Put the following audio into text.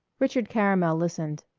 richard caramel listened.